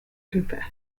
confess